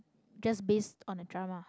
just based on a drama